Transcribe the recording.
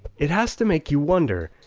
it has to make you wonder,